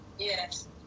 yes